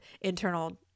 internal